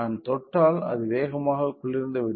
நான் தொட்டால் அது மிக வேகமாக குளிர்ந்துவிடும்